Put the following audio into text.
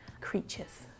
creatures